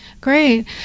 Great